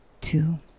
two